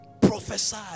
Prophesy